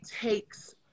takes